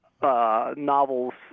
Novels